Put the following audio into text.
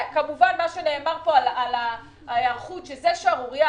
כמובן מה שנאמר כאן על ההיערכות, שזאת שערורייה.